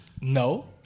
No